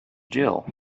jill